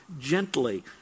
gently